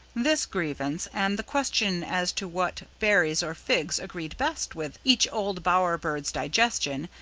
this grievance, and the question as to what berries or figs agreed best with each old bower bird's digestion,